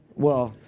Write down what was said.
well,